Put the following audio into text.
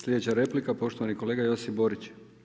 Sljedeća replika poštovani kolega Josip Borić.